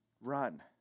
run